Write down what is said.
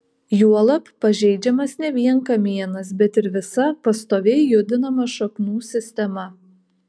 juolab pažeidžiamas ne vien kamienas bet ir visa pastoviai judinama šaknų sistema